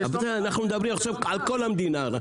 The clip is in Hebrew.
אבל אנחנו מדברים עכשיו על כל המדינה.